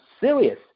serious